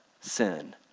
sin